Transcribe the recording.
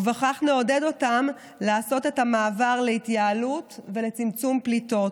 וכך נעודד אותם לעשות את המעבר להתייעלות ולצמצום פליטות.